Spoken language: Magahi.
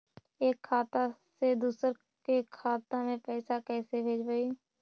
एक खाता से दुसर के खाता में पैसा कैसे भेजबइ?